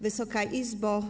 Wysoka Izbo!